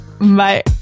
Bye